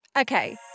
Okay